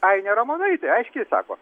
ainė ramonaitė aiškiai sako